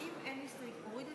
הוא הוריד את